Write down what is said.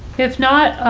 if not,